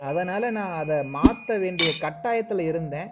அதனால் நான் அதை மாற்ற வேண்டிய கட்டாயத்தில் இருந்தேன்